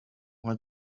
when